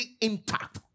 intact